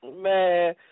Man